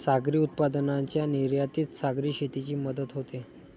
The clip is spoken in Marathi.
सागरी उत्पादनांच्या निर्यातीत सागरी शेतीची मदत होते